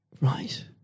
Right